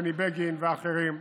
בני בגין ואחרים,